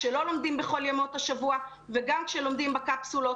כשלא לומדים בכל ימות השבוע וגם כשלומדים בקפסולות.